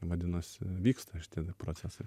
vadinasi vyksta šitie procesai